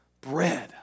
bread